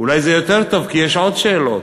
אולי זה יותר טוב, כי יש עוד שאלות.